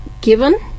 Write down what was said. given